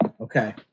Okay